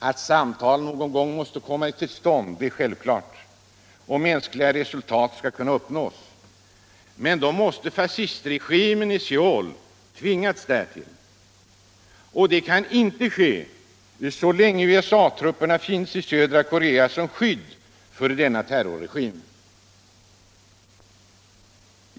Au samtal någon gång måste komma till stånd är självklart om mänskliga förhållanden skall kunna upprättas. Men då måste fascistregimen i Söut tvingas därtill. Detta kan inte ske så länge USA-trupperna finns i södra Korca som skydd för terrorregimen.